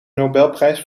nobelprijs